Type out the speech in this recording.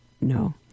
No